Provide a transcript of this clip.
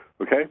Okay